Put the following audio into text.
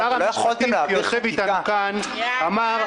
שר המשפטים שיושב אתנו כאן אמר,